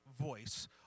voice